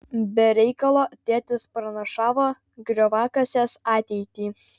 be reikalo tėtis pranašavo grioviakasės ateitį